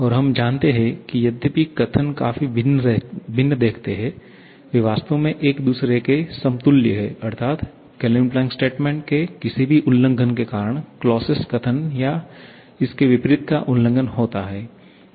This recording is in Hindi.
और हम जानते हैं कि यद्यपि कथन काफी भिन्न दिखते हैं वे वास्तव में एक दूसरे के समतुल्य हैं अर्थात् केल्विन प्लैंक स्टेटमेंट के किसी भी उल्लंघन के कारण क्लॉज़ियस कथन या इसके विपरीत का उल्लंघन होता है